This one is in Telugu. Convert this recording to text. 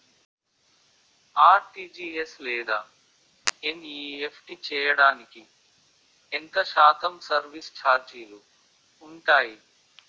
ఆర్.టి.జి.ఎస్ లేదా ఎన్.ఈ.ఎఫ్.టి చేయడానికి ఎంత శాతం సర్విస్ ఛార్జీలు ఉంటాయి?